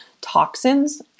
toxins